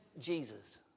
Jesus